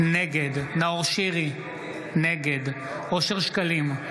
נגד נאור שירי, נגד אושר שקלים,